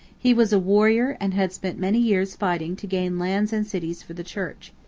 he was a warrior and had spent many years fighting to gain lands and cities for the church.